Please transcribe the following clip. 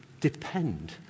depend